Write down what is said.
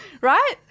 Right